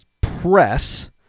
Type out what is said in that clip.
press